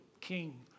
king